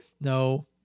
No